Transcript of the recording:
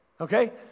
okay